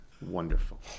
Wonderful